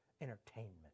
entertainment